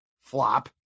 Flop